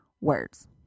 words